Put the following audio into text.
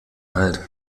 halt